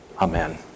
Amen